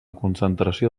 concentració